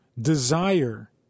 desire